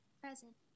Present